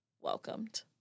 welcomed